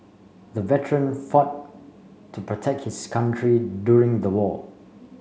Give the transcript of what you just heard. the veteran fought to protect his country during the war